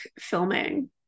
filming